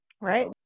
Right